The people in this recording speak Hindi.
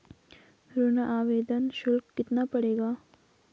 ऋण आवेदन शुल्क कितना पड़ेगा?